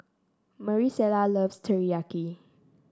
Marisela loves Teriyaki